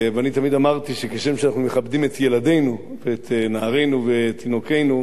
אני תמיד אמרתי שכשם שאנחנו מכבדים את ילדינו ואת נערינו ותינוקותינו,